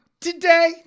Today